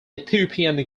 ethiopian